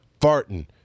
farting